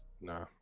Nah